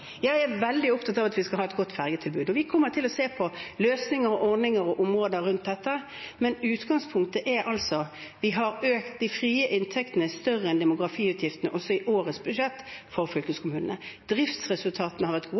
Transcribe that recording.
Jeg er veldig opptatt av at vi skal ha et godt fergetilbud, og vi kommer til å se på løsninger, ordninger og områder rundt dette, men utgangspunktet er altså at vi har økt de frie inntektene mer enn demografiutgiftene også i årets budsjett for fylkeskommunene. Driftsresultatene har vært gode,